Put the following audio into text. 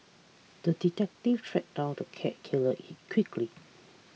the detective tracked down the cat killer in quickly